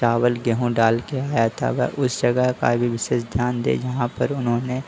चावल गेहूँ डाल कर आया था वह उस जगह का भी विशेष ध्यान दें जहाँ पर उन्होनें